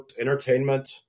entertainment